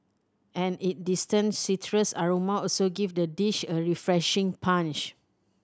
and is distinct citrus aroma also give the dish a refreshing punch